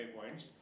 points